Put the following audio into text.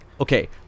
Okay